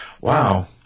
Wow